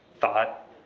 thought